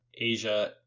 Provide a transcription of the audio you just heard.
Asia